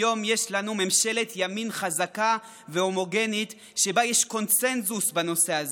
היום יש לנו ממשלת ימין חזקה והומוגנית שבה יש קונסנזוס בנושא הזה.